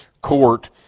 court